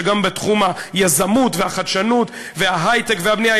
שגם בתחום היזמות והחדשנות וההיי-טק והבנייה,